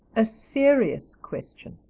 a serious question.